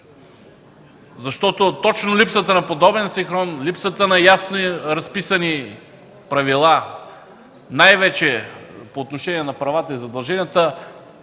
работи. Точно липсата на подобен синхрон, липсата на ясно разписани правила, най-вече по отношение на правата и задълженията,